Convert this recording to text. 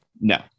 No